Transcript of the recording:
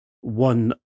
one